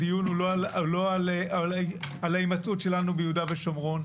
הדיון הוא לא על ההימצאות שלנו ביהודה ושומרון.